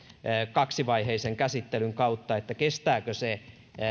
kaksivaiheisen käsittelyn kautta kestääkö se